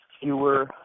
fewer